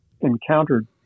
encountered